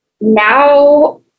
now